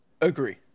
Agree